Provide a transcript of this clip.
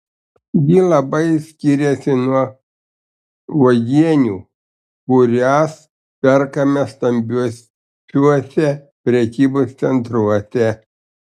ji labai skiriasi nuo uogienių kurias perkame stambiuosiuose prekybos centruose